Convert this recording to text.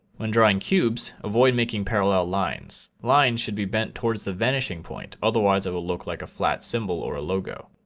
when drawing cubes, avoid making parallel lines. lines should be bent towards the vanishing point. otherwise, it will look like a flat symbol or a logo.